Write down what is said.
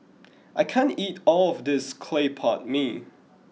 I can't eat all of this Claypot Mee